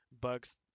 bugs